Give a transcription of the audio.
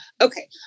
okay